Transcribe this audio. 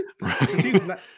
Right